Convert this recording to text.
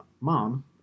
mom